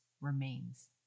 remains